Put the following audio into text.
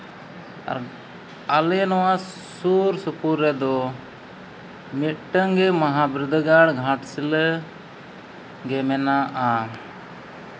ᱟᱞᱮ ᱱᱚᱣᱟ ᱥᱩᱨᱼᱥᱩᱯᱩᱨ ᱨᱮᱫᱚ ᱢᱤᱫᱴᱟᱹᱱ ᱜᱮ ᱢᱚᱦᱟ ᱵᱤᱨᱫᱟᱹᱜᱟᱲ ᱜᱷᱟᱴᱥᱤᱞᱟᱹ ᱜᱮ ᱢᱮᱱᱟᱜᱼᱟ